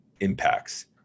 Impacts